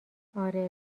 آره